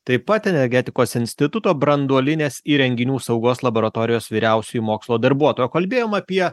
taip pat energetikos instituto branduolinės įrenginių saugos laboratorijos vyriausioji mokslo darbuotoja o kalbėjom apie